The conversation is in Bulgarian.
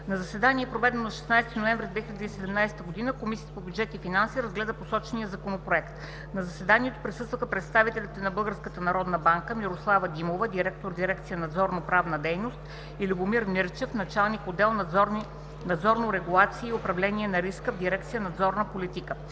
На заседание, проведено на 16 ноември 2017 г., Комисията по бюджет и финанси разгледа посочения Законопроект. На заседанието присъстваха представителите на Българската народна банка Мирослава Димова – директор на дирекция „Надзорно-правна дейност”, и Любомир Мирчев – началник на отдел „Надзорни регулации и управление на риска” в дирекция „Надзорна политика”.